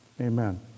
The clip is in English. amen